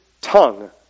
tongue